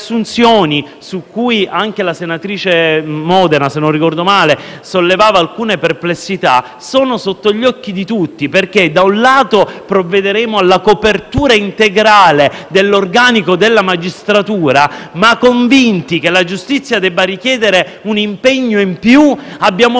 su cui anche la senatrice Modena ha sollevato alcune perplessità, sono sotto gli occhi di tutti. Infatti, provvederemo anzitutto alla copertura integrale dell'organico della magistratura ma convinti che la giustizia debba richiedere un impegno in più. Abbiamo previsto